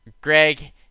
Greg